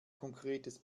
konkretes